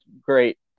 great